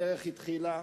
הדרך התחילה,